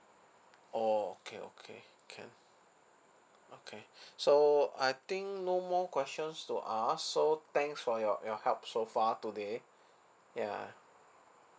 orh okay okay can okay so I think no more questions to ask so thanks for your your help so far today yeah